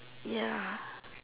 ya